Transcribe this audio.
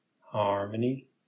harmony